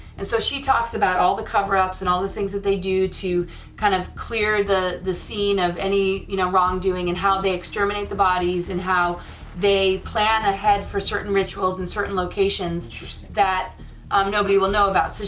and so she talks about all the cover ups, and all the things that they do to kind of clear the the scene of any you know wrongdoing and how they exterminate the bodies and how they plan ahead for certain rituals in certain locations that um nobody will know about.